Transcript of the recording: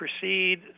proceed